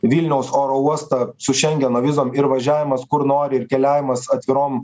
vilniaus oro uostą su šengeno vizom ir važiavimas kur nori ir keliavimas atvirom